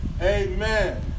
Amen